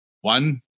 one